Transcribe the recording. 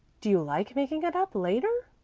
do you like making it up later?